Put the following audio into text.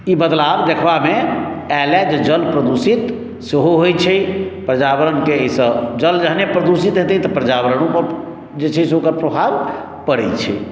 ई बदलाव देखबामे आयलए जे जल प्रदूषित सेहो होइट् छै पर्यावरणके एहिसँ जल जखनहि प्रदूषित हेतै तऽ पर्यावरणोपर जे छै से ओकर प्रभाव पड़ैत छै